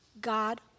God